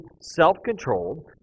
self-controlled